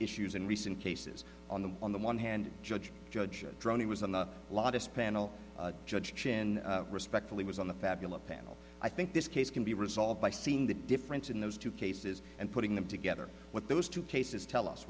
issues and recent cases on the on the one hand judge judge droney was on the lot of spaniel judge chin respectfully was on the fabulous panel i think this case can be resolved by seeing the difference in those two cases and putting them together what those two cases tell us